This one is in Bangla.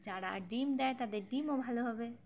যারা ডিম দেয় তাদের ডিমও ভালো হবে